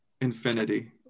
Infinity